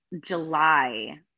July